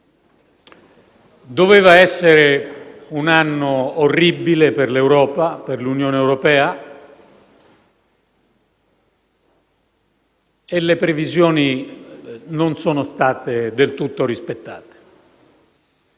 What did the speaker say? Doveva essere un anno orribile per l'Europa, per l'Unione europea e le previsioni non sono state del tutto rispettate.